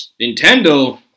Nintendo